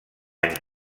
anys